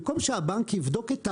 במקום שהבנק יבדוק את ההעברה,